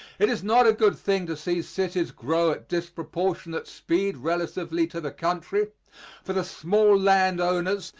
it is not a good thing to see cities grow at disproportionate speed relatively to the country for the small land owners,